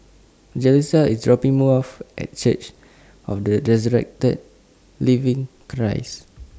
Jalissa IS dropping More off At Church of The Resurrected Living Christ